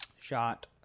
Shot